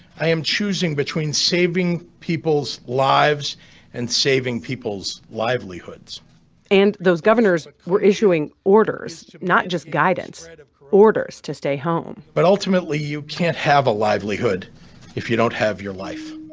i am choosing between saving people's lives and saving people's livelihoods and those governors were issuing orders not just guidance sort of orders to stay home but ultimately, you can't have a livelihood if you don't have your life